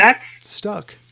stuck